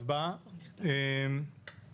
נעלנו את הישיבה, תודה רבה.